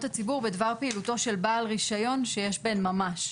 הציבור בדבר פעילותו של בעל רישיון שיש בהן ממש.